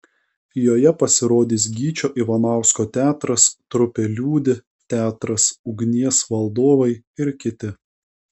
joje pasirodys gyčio ivanausko teatras trupė liūdi teatras ugnies valdovai ir kiti